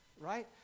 right